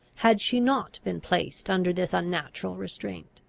had she not been placed under this unnatural restraint.